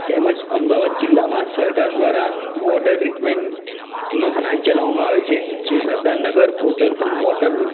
તેમજ અમદાવાદ જિલ્લામાં સરકાર દ્વારા વૉટર ટ્રીટમેન્ટનો પ્લાન્ટ ચલાવવામાં આવે છે જે સરદારનગર કોતરપુર વૉટર